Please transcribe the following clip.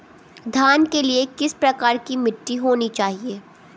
धान के लिए किस प्रकार की मिट्टी होनी चाहिए?